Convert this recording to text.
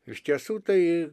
iš tiesų tai